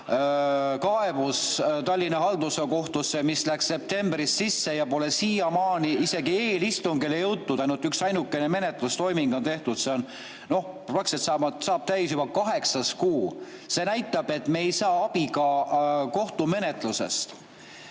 kaebus Tallinna Halduskohtusse, mis läks septembris sisse ja pole siiamaani isegi eelistungile jõudnud, ainult üksainukene menetlustoiming on tehtud, noh, praktiliselt saab täis juba kaheksas kuu, see näitab, et me ei saa abi ka kohtumenetlusest.